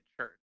church